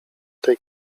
tej